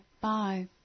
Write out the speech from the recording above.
Bye